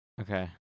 Okay